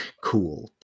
Cool